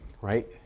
right